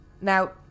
Now